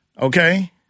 okay